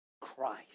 Christ